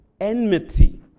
enmity